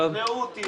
שכנעו אותי,